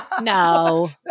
No